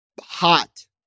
hot